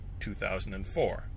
2004